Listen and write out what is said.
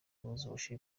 worship